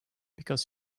because